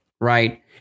right